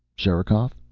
sherikov